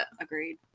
Agreed